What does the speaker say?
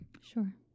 Sure